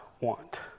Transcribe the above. want